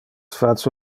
face